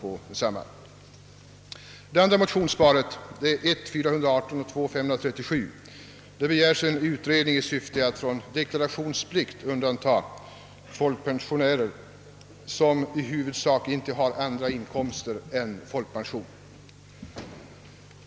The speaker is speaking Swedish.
I det andra motionsparet — I: 418 och 1II:537 — begärs en utredning i syfte att från deklarationsplikt undanta folkpensionärer som i huvudsak inte har andra inkomster än folkpension.